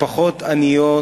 משפחות עניות